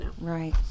right